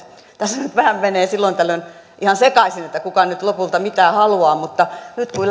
tässä nyt vähän menee silloin tällöin ihan sekaisin kuka nyt lopulta mitä haluaa mutta nyt kyllä